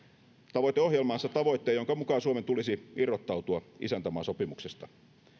tavoiteohjelmaansa tavoitteen jonka mukaan suomen tulisi irrottautua isäntämaasopimuksesta